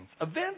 Events